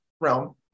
realm